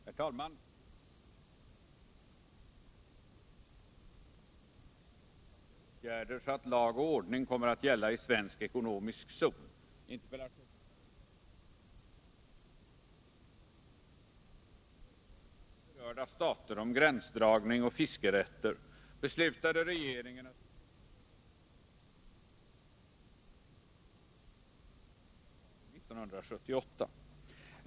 Herr talman! Jens Eriksson har frågat vad justitieministern ämnar vidta för åtgärder för att lag och ordning skall komma att gälla i svensk ekonomisk zon. Interpellationen har överlämnats till mig. Efter bemyndigande av riksdagen och efter överläggningar med berörda stater om gränsdragning och fiskerätter beslutade regeringen att utvidga den svenska fiskezonen i Östersjön och i Skagerack fr.o.m. den 1 januari 1978.